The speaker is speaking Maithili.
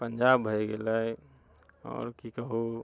पंजाब भए गेलै आओर की कहु